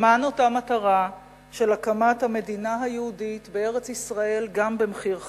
למען אותה מטרה של הקמת המדינה היהודית בארץ-ישראל גם במחיר חייהם.